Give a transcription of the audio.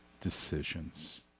decisions